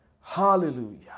Hallelujah